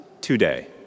today